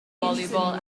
volleyball